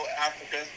Africa